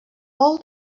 all